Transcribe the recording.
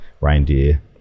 reindeer